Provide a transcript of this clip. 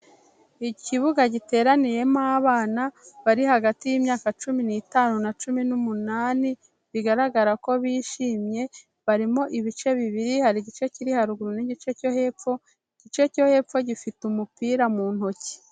Ikibuga giteraniyemo abana bari hagati y'imyaka cumi n'itanu na cumi n'umunani, bigaragara ko bishimye, barimo ibice bibiri hari igice kiri haruguru n'igice cyo hepfo, igice cyo hepfo gifite umupira mu ntoki.